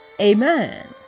Amen